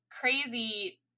crazy